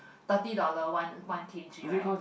thirty dollar one one K_G right